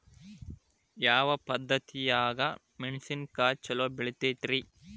ಯಾವ ಪದ್ಧತಿನ್ಯಾಗ ಮೆಣಿಸಿನಕಾಯಿ ಛಲೋ ಬೆಳಿತೈತ್ರೇ?